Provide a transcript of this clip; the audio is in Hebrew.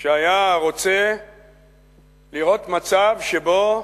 שהיה רוצה לראות מצב שבו